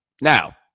Now